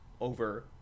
over